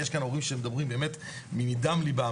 כי יש כאן הורים שמדברים באמת מדם ליבם.